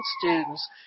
students